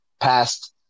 past